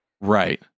Right